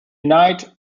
night